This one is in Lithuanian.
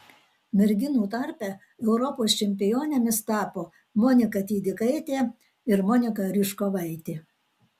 merginų tarpe europos čempionėmis tapo monika tydikaitė ir monika ryžkovaitė